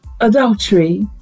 adultery